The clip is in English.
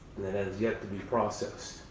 that has yet to be processed.